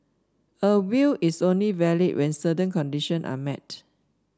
a will is only valid when certain condition are met